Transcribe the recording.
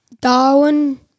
Darwin